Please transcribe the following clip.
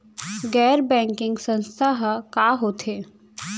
गैर बैंकिंग संस्था ह का होथे?